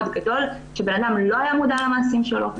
גדול כשבן אדם לא היה מודע למעשים שלו,